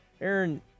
Aaron